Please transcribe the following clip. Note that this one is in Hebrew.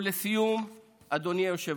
ולסיום, אדוני היושב-ראש,